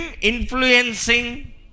influencing